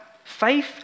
Faith